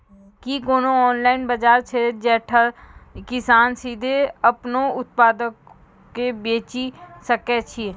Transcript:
कि कोनो ऑनलाइन बजार छै जैठां किसान सीधे अपनो उत्पादो के बेची सकै छै?